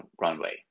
runway